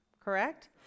Correct